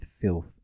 filth